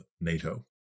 NATO